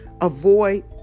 avoid